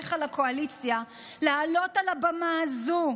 לחבריך לקואליציה לעלות על הבמה הזו,